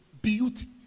Beauty